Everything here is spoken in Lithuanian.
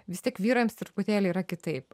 vis tiek vyrams truputėlį yra kitaip